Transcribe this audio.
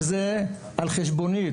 וזה על חשבונית.